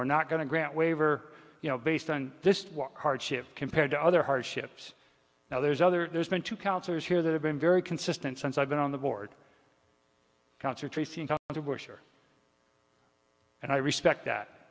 we're not going to grant a waiver you know based on this hardship compared to other hardships now there's other there's been two cultures here that have been very consistent since i've been on the board concert and i respect that